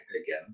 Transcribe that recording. again